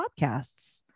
podcasts